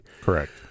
Correct